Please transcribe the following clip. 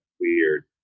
weird